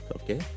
okay